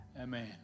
Amen